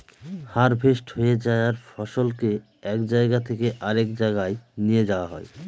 harvest হয়ে যায়ার পর ফসলকে এক জায়গা থেকে আরেক জাগায় নিয়ে যাওয়া হয়